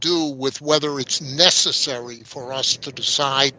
do with whether it's necessary for us to decide